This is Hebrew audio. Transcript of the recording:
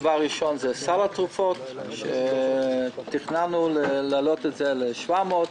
הדבר הראשון הוא סל התרופות תכננו להעלות את זה ל-700,